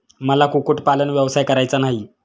मला कुक्कुटपालन व्यवसाय करायचा नाही